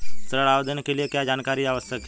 ऋण आवेदन के लिए क्या जानकारी आवश्यक है?